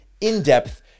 in-depth